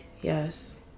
Yes